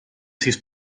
sis